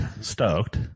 stoked